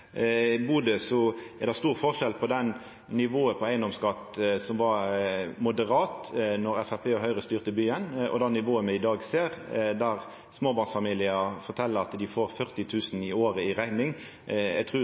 Bodø er det stor forskjell på det moderate nivået på eigedomsskatt som var då Framstegspartiet og Høgre styrte byen, og det nivået me ser i dag, der småbarnsfamiliar fortel at dei får 40 000 kr i året i rekning. Eg trur